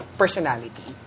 personality